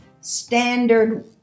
standard